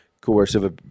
coercive